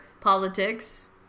politics